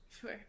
Sure